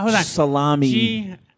Salami